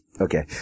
okay